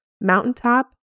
mountaintop